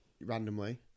randomly